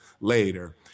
later